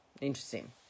Interesting